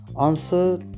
Answer